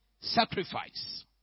sacrifice